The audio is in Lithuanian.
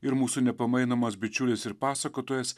ir mūsų nepamainomas bičiulis ir pasakotojas